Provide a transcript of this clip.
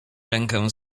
rękę